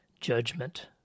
judgment